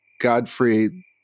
Godfrey